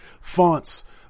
fonts